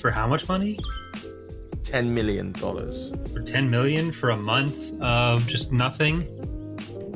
for how much money ten million dollars for ten million for a month of just nothing